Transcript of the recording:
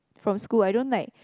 from school I don't like